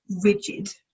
rigid